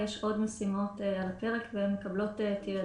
יש עוד משימות וחלקן מקבלות תעדוף.